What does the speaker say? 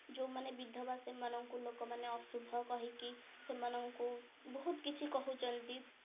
ଯେଉଁମାନେ ବିଧବା ସେହିମାନଙ୍କୁ ଲୋକମାନେ ଅଶୁଭ କହିକି ସେମାନଙ୍କୁ ବହୁତ କିଛି କହୁଛନ୍ତି